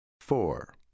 four